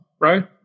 Right